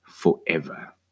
Forever